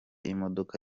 imodoka